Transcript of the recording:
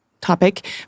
topic